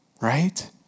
right